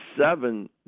seven